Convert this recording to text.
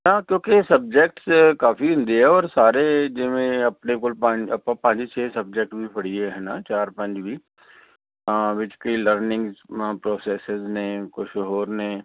ਤਾਂ ਕਿਉਂਕਿ ਇਹ ਸਬਜੈਕਟ ਕਾਫੀ ਹੁੰਦੇ ਆ ਔਰ ਸਾਰੇ ਜਿਵੇਂ ਆਪਣੇ ਕੋਲ ਪੰਜ ਆਪਾਂ ਪੰਜ ਛੇ ਸਬਜੈਕਟ ਵੀ ਪੜ੍ਹੀਏ ਹੈ ਨਾ ਚਾਰ ਪੰਜ ਵੀ ਤਾਂ ਵਿੱਚ ਕਈ ਲਰਨਿੰਗ ਪ੍ਰੋਸੈਸਿਸ ਨੇ ਕੁਛ ਹੋਰ ਨੇ